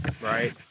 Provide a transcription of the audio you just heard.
right